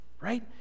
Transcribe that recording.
Right